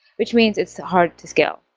which means it's hard to scale,